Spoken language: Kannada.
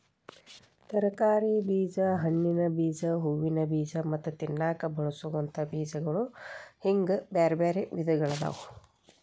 ತರಕಾರಿ ಬೇಜ, ಹಣ್ಣಿನ ಬೇಜ, ಹೂವಿನ ಬೇಜ ಮತ್ತ ತಿನ್ನಾಕ ಬಳಸೋವಂತ ಬೇಜಗಳು ಹಿಂಗ್ ಬ್ಯಾರ್ಬ್ಯಾರೇ ವಿಧಗಳಾದವ